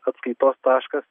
atskaitos taškas